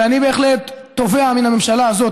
ואני בהחלט תובע מן הממשלה הזאת.